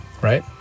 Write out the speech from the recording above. right